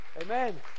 Amen